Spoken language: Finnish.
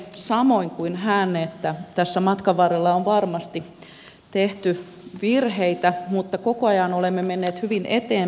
koen samoin kuin hän että tässä matkan varrella on varmasti tehty virheitä mutta koko ajan olemme menneet hyvin eteenpäin